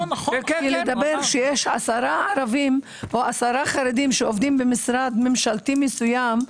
כי להגיד שיש עשרה ערבים או עשרה חרדים שעובדים במשרד ממשלתי מסוים,